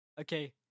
okay